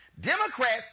Democrats